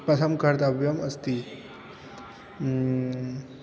प्रथमं कर्तव्यम् अस्ति